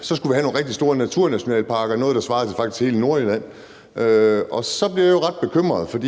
Så skal vi have nogle rigtig store naturnationalparker – noget, der svarer til hele Nordjylland faktisk. Så bliver jeg jo ret bekymret, for